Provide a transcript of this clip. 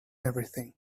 everything